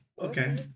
Okay